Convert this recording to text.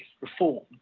reform